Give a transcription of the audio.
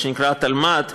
מה שנקרא תלמ"ת,